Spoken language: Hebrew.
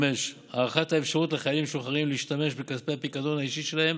5. הארכת האפשרות לחיילים משוחררים להשתמש בכספי הפיקדון האישי שלהם